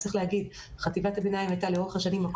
צריך לומר שחטיבת הביניים לאורך השנים הייתה